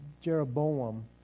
Jeroboam